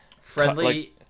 friendly